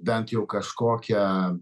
bent jau kažkokią